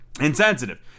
insensitive